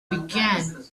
began